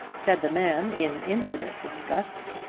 said the man in infinite disgust.